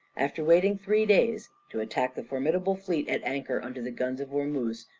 after waiting three days, to attack the formidable fleet at anchor under the guns of ormuz,